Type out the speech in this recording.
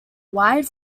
wide